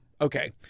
Okay